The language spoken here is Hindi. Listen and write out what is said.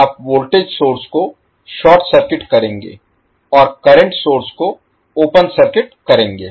आप वोल्टेज सोर्स को शॉर्ट सर्किट करेंगे और करंट सोर्स को ओपन सर्किट करेंगे